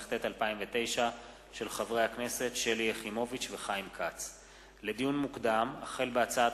התשס"ט 2009. לדיון מוקדם: החל בהצעת